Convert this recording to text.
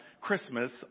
Christmas